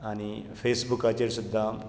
आनी फेसबुकाचेर सुद्दां